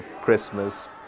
Christmas